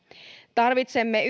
tarvitsemme